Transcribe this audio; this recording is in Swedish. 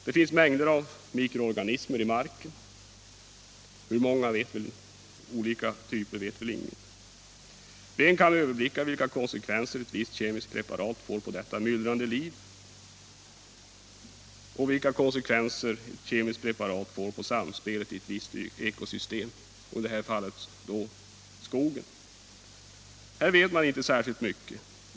Det finns mängder av mikroorganismer i marken, hur många olika typer vet väl ingen. Vem kan överblicka vilka konsekvenser ett visst kemiskt preparat får på detta myllrande liv och vilka konsekvenser ett kemiskt preparat får på samspelet i ett visst ekosystem, i detta fall skogen? Man vet inte särskilt mycket.